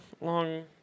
long